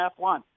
F1